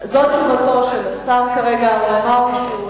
מפעל הפיס.